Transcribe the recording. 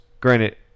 granted